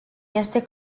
este